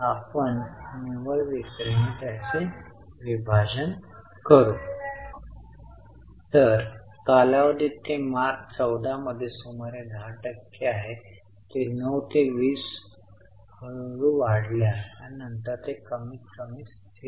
तर आपण गुंतवणूक विकली आहे आणि आपल्याला 2000 मिळाले आहेत परंतु आपण कॅश फ्लो मध्ये हे 2000 थेट लिहू शकत नाही कारण गुंतवणूकीच्या विक्रीवर काही नफा किंवा तोटा होईल समजत आहे